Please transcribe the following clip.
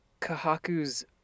Kahaku's